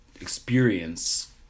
experience